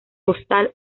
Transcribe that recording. postal